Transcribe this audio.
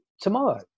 tomorrow